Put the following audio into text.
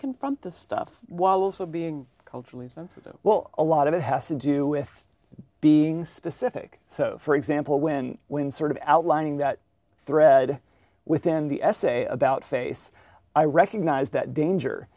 confront this stuff while also being culturally sensitive well a lot of it has to do with being specific so for example when when sort of outlining that thread within the essay about face i recognize that danger